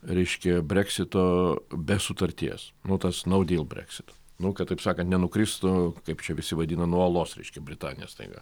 reiškia breksito be sutarties nu tas no deal brexit nu kad taip sakant nenukristų kaip čia visi vadina nuo uolos reiškia britanija staiga